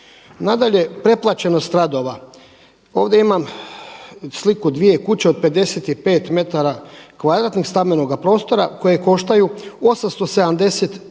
Nadalje preplaćenost radova, ovdje imam sliku dvije kuće od 55 metara kvadratnih stambenoga prostora koje koštaju 872 tisuće